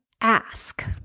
ask